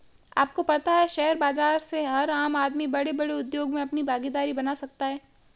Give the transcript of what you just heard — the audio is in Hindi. आपको पता है शेयर बाज़ार से हर आम आदमी बडे़ बडे़ उद्योग मे अपनी भागिदारी बना सकता है?